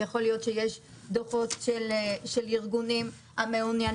יכול להיות שיש דוחות של ארגונים המעוניינים